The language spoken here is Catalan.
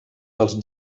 dels